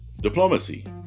Diplomacy